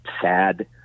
sad